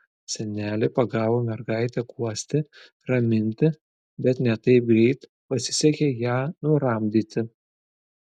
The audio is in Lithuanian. senelė pagavo mergaitę guosti raminti bet ne taip greit pasisekė ją nuramdyti